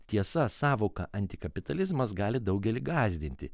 tiesa sąvoka antikapitalizmas gali daugelį gąsdinti